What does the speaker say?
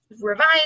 revise